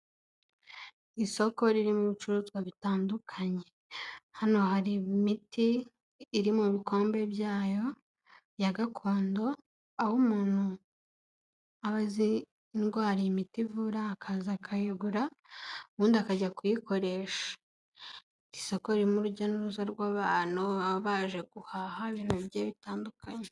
Isoko ririmo ibicuruzwa bitandukanye, hano hari imiti iri mu bikombe byayo bya gakondo, aho umuntu aba azi indwara imiti ivura akaza akayigura, ubundi akajya kuyikoresha, isoko ririmo urujya n'uruza rw'abantu baba baje guhaha ibintu bigiye bitandukanye.